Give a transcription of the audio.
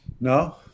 No